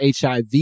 HIV